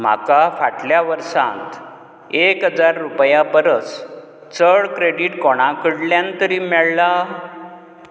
म्हाका फाटल्या वर्सात एक हजार रुपया परस चड क्रॅडिट कोणा कडल्यान तरी मेळ्ळां